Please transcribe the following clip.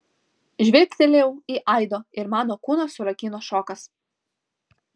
žvilgtelėjau į aido ir mano kūną surakino šokas